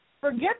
forget